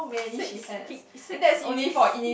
six f~ six series